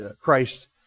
Christ